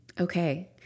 Okay